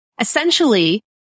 Essentially